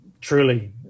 truly